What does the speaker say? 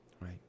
right